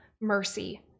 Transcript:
mercy